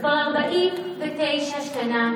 כבר לפני 49 שנה,